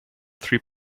three